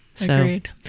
Agreed